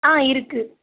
ஆ இருக்குது